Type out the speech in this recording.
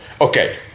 Okay